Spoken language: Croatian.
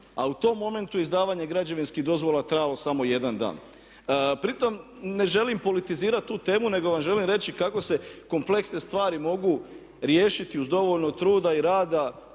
A u tom momentu je izdavanje građevinskih dozvola trajalo samo 1 dan. Pritom ne želim politizirati tu temu nego vam želim reći kako se kompleksne stvari mogu riješiti uz dovoljno truda i rada